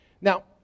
Now